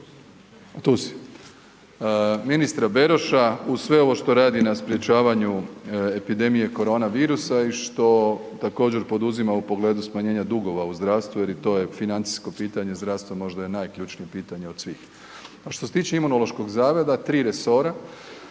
tu si, ministra Beroša uz sve ovo što radi na sprječavanju epidemije korona virusa i što također poduzima u pogledu smanjenja dugova u zdravstvu jer i to je financijsko pitanje zdravstva možda je najključnije pitanje od svih. A što se tiče Imunološkog zavoda, 3 resora